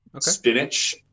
spinach